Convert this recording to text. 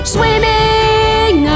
Swimming